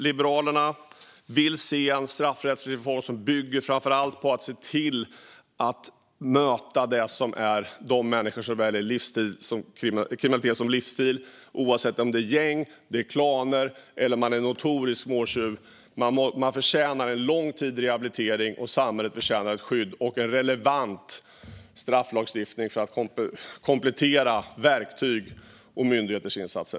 Liberalerna vill se en straffrättslig reform som bygger framför allt på att se till att möta de människor som väljer kriminalitet som livsstil, oavsett om det är gäng, klaner eller notoriska småtjuvar. De förtjänar en lång tid i rehabilitering, och samhället förtjänar ett skydd och en relevant strafflagstiftning för att komplettera verktyg och myndigheters insatser.